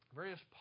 various